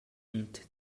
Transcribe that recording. und